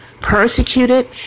persecuted